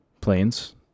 planes